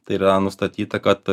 tai yra nustatyta kad